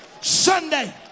Sunday